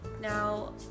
Now